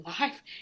life